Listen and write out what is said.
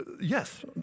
yes